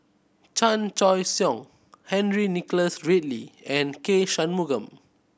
Chan Choy Siong Henry Nicholas Ridley and K Shanmugam